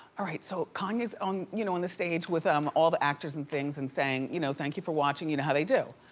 so kanye's on you know on the stage with um all the actors and things and saying you know thank you for watching, you know how they do.